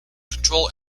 control